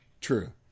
true